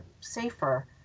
safer